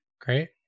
Great